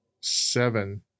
seven